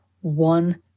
one